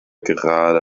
gerade